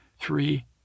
Three